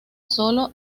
sólo